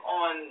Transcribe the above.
on